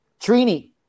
Trini